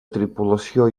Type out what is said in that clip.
tripulació